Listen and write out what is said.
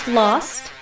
lost